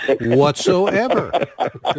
whatsoever